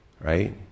right